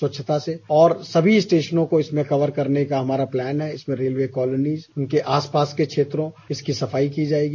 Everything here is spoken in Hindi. स्वच्छता से और सभी स्टेशनों को कवर करने का हमारा ज्लान है इसमें रेलवे कालोनीज़ उनके आसपास के क्षेत्रों उसकी सफाई की जायेगी